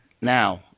now